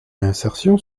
réinsertion